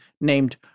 named